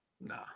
Nah